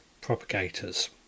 propagators